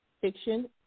Fiction